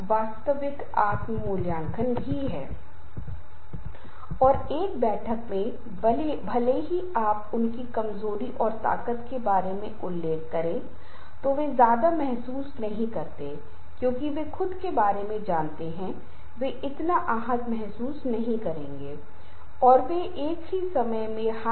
इसलिए शब्द का चुनाव बहुत महत्वपूर्ण है क्योंकि एक बार जब हम इस तरह के शब्दों का इस्तेमाल अपने दोस्तों सहकर्मियों परिवार के सदस्यों के साथ या किसी भी स्थिति में कर सकते हैं तो इसे कभी भी वापस नहीं लिया जा सकता है और लोग इसे अन्यथा ले सकते है और बहुत सी गलत व्याख्याओं और समस्याओं को ले सकते हैं